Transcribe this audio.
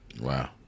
Wow